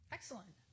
Excellent